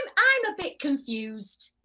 and a bit confused.